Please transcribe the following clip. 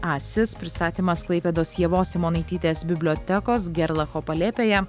asis pristatymas klaipėdos ievos simonaitytės bibliotekos gerlacho palėpėje